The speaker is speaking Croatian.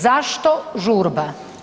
Zašto žurba?